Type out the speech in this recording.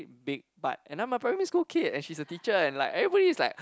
a bit big butt and I'm a primary school kid and she's a teacher and like everybody is like